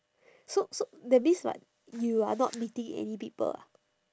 so so that means like you are not meeting any people ah